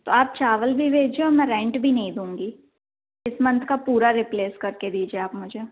तो आप चावल भी भेजिए और मैं रेंट भी नही दूँगी इस मंथ का पूरा रिप्लेस करके दीजिए आप मुझे